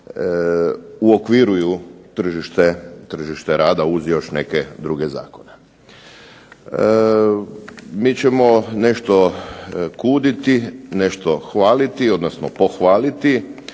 uokviruju tržište rada, uz još neke druge zakone. Mi ćemo nešto kuditi, nešto hvaliti odnosno pohvaliti